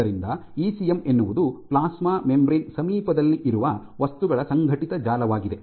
ಆದ್ದರಿಂದ ಇಸಿಎಂ ಎನ್ನುವುದು plasma membrane ಸಮೀಪದಲ್ಲಿ ಇರುವ ವಸ್ತುಗಳ ಸಂಘಟಿತ ಜಾಲವಾಗಿದೆ